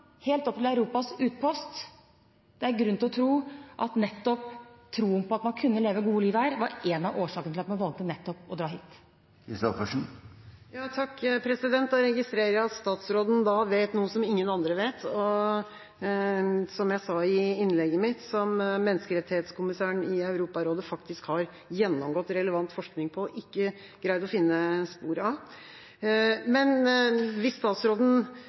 helt opp til Europas utpost, er det grunn til å tro at nettopp troen på at man kunne leve et godt liv her, var én av årsakene til at man valgte å dra nettopp hit. Jeg registrerer at statsråden vet noe som ingen andre vet, og – som jeg sa i innlegget mitt – noe som menneskerettighetskommissæren i Europarådet faktisk har gjennomgått relevant forskning på og ikke greid å finne spor av. Men hvis statsråden